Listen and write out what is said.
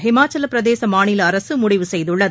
ஹிமாச்சலப்பிரதேச மாநில அரசு முடிவு செய்துள்ளது